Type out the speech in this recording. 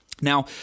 Now